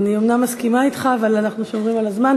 אני אומנם מסכימה אתך, אבל אנחנו שומרים על הזמן.